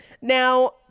Now